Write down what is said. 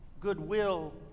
goodwill